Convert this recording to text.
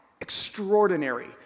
extraordinary